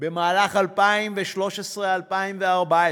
במהלך 2013 ו-2014